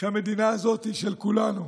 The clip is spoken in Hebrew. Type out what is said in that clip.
שהמדינה הזאת היא של כולנו.